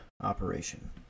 operation